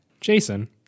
Jason